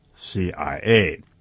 CIA